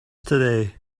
today